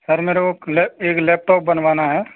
sir मेरा ओक लै एक लैपटॉप बनवाना है